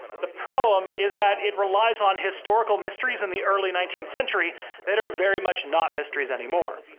the problem is that it relies on historical mysteries in the early nineteenth century that are very much not mysteries anymore.